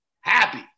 Happy